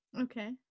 Okay